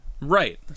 Right